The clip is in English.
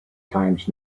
times